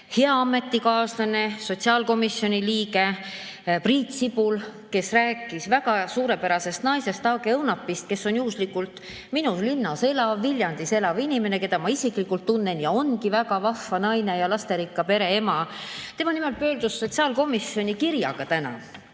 hea ametikaaslane, sotsiaalkomisjoni liige Priit Sibul, kes rääkis väga suurepärasest naisest, Age Õunapist, kes on juhuslikult minu linnas Viljandis elav inimene, keda ma isiklikult tunnen ja kes ongi väga vahva naine ja lasterikka pereema. Tema nimelt pöördus sotsiaalkomisjoni kirjaga täna.